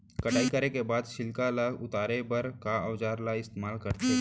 कटाई करे के बाद छिलका ल उतारे बर का औजार ल इस्तेमाल करथे?